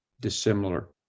dissimilar